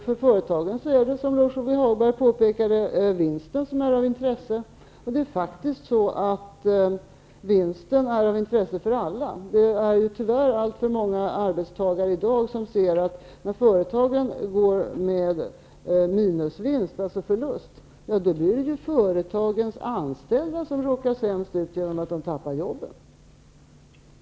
För företagen är det, som Lars-Ove Hagberg påpekade, vinsten som är av intresse. Det är faktiskt så, att vinsten är av intresse för alla. Tyvärr är det i dag alltför många arbetstagare som ser att företagens anställda råkar sämst ut när företagen går med förlust. Anställda förlorar jobben.